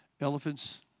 elephants